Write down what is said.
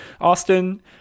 Austin